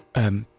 and